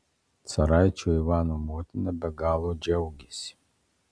caraičio ivano motina be galo džiaugiasi